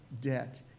debt